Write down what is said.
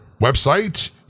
website